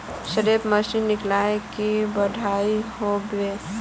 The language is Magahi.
स्प्रे मशीन किनले की बढ़िया होबवे?